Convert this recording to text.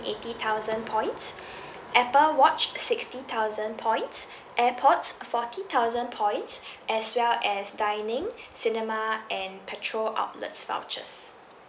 eighty thousand points Apple watch sixty thousand points Airpods forty thousand points as well as dining cinema and petrol outlets vouchers